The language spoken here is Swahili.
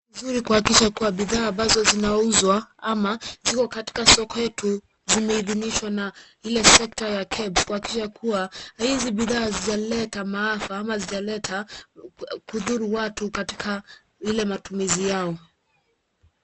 zuri kuhakikisha kuwa bidhaa ambazo zinauzwa ama ziko katika soko yetu zimehidhinishwa na ile sekta ya KEBS kuhakikisha kuwa hizi bidhaa hazijaleta maafa ama hazijaleta kudhuru watu katika ile matumizi yao.